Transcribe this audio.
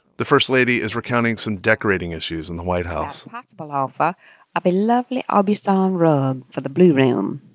the first lady is recounting some decorating issues in the white house possible offer of a lovely ah aubusson um rug for the blue room.